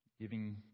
giving